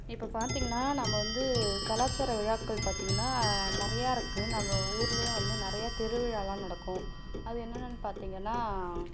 இப்போ பார்த்தீங்கன்னா நம்ம வந்து கலாச்சார விழாக்கள் பார்த்தீங்கன்னா நிறையா இருக்குது நம்ம ஊரிலே வந்து நிறையா திருவிழாலாம் நடக்கும் அது என்னென்னன்னு பார்த்தீங்கன்னா